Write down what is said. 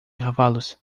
cavalos